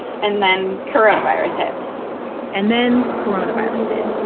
and then coronavirus hit and then coronavirus hit.